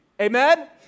Amen